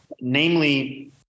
Namely